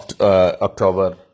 October